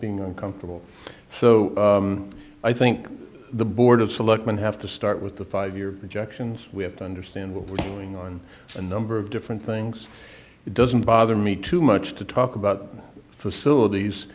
being uncomfortable so i think the board of selectmen have to start with the five year projections we have to understand what was going on a number of different things it doesn't bother me too much to talk about facilities